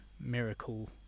miracle